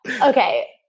Okay